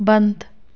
बंद